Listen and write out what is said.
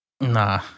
Nah